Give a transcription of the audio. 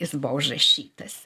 jis buvo užrašytas